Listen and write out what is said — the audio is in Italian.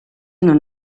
non